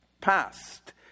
past